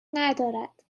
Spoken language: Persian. ندارد